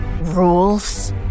Rules